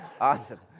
Awesome